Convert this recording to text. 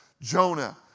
Jonah